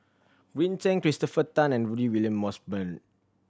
Green Zeng Christopher Tan and Rudy William Mosbergen